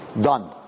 Done